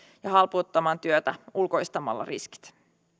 ja halpuuttamaan työtä ulkoistamalla riskit